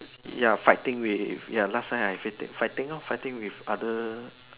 ya fighting with ya last time I fitti~ fighting lor fighting with other